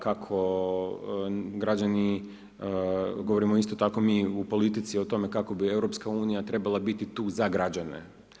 Kako građani, govorimo isto tako mi u politici o tome kako bi EU trebala biti tu za građane.